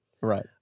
Right